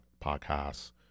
Podcasts